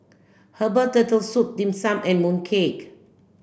herbal turtle soup dim sum and mooncake